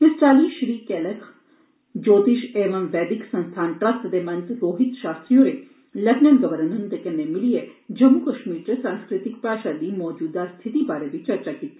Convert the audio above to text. इस्सै चाल्ली श्री कैलख ज्योतिष एवम् वेदिक संस्थान ट्रस्ट दे महंत रोहित शास्त्री होरें लेफ्टिनेंट गवर्नर हंदे'नै मिलियै जम्मू कश्मीर च संस्कृतिक भाषा दी मौजूद स्थिति बारै चर्चा कीती